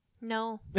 No